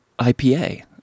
IPA